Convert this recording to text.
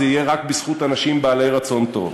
זה יהיה רק בזכות אנשים בעלי רצון טוב.